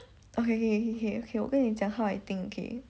okay K K K 我跟你讲 how I think okay